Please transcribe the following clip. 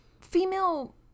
female